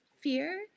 fear